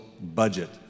budget